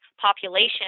population